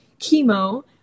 chemo